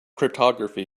cryptography